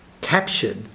captured